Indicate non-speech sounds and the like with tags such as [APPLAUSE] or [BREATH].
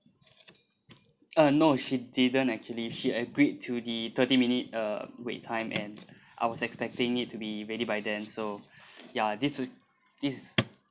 uh no she didn't actually she agreed to the thirty minute uh wait time and [BREATH] I was expecting it to be ready by then so [BREATH] ya this would this is